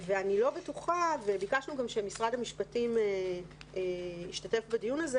ואני לא בטוחה ביקשנו גם שמשרד המשפטים ישתתף בדיון הזה